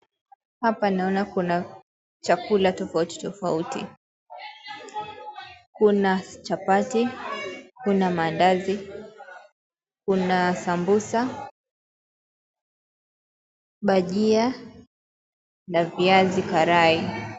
Hapa naona kuna chakula tofauti tofauti. Kuna chapati, kuna maandazi, kuna sambusa, bhajia na viazi karai.